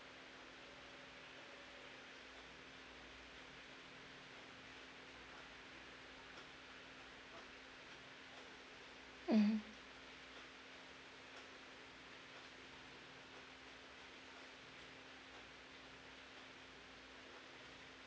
mmhmm